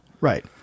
Right